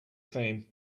theme